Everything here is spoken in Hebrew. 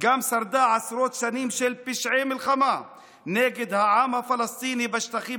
גם שרדה עשרות שנים של פשעי מלחמה נגד העם הפלסטיני בשטחים